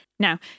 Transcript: Now